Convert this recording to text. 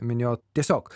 minėjot tiesiog